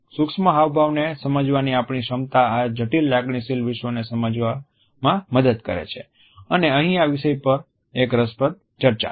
સૂક્ષ્મ હાવભાવને સમજવાની આપણી ક્ષમતા આ જટિલ લાગણીશીલ વિશ્વને સમજવામાં મદદ કરે છે અને અહીં આ વિષય પર એક રસપ્રદ ચર્ચા છે